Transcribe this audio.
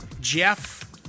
Jeff